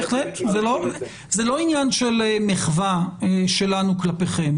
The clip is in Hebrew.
זה לא עניין של מחווה שלנו כלפיכם,